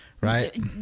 right